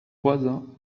voisins